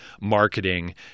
marketing